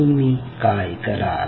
तुम्ही काय कराल